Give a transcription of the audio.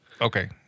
Okay